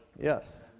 Yes